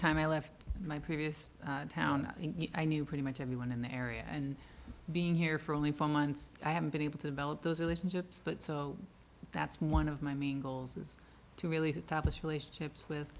time i left my previous town i knew pretty much everyone in the area and being here for only four months i haven't been able to develop those relationships but so that's one of my mingles is to really establish relationships with